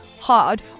hard